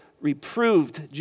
reproved